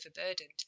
overburdened